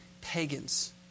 pagans